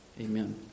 Amen